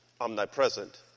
omnipresent